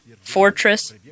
Fortress